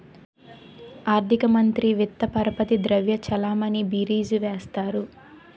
ఆర్థిక మంత్రి విత్త పరపతి ద్రవ్య చలామణి బీరీజు వేస్తారు